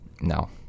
no